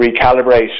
recalibrate